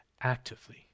actively